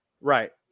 Right